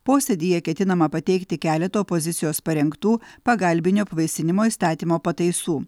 posėdyje ketinama pateikti keletą opozicijos parengtų pagalbinio apvaisinimo įstatymo pataisų